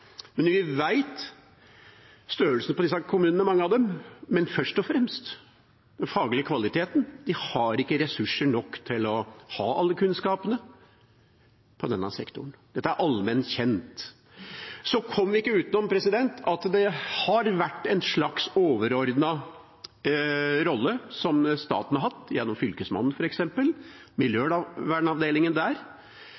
men vi vet størrelsen på mange av disse kommunene og først og fremst den faglige kvaliteten – de har ikke ressurser nok til å ha alle kunnskapene på denne sektoren. Dette er allment kjent. Vi kommer ikke utenom at staten har hatt en slags overordnet rolle, f.eks. gjennom Fylkesmannen og miljøvernavdelingen der. De overordnede planleggingsverktøyene er veldig viktig, absolutt, men de har